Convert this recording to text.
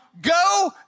go